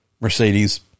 Mercedes